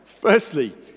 Firstly